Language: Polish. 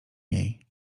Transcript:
niej